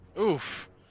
Oof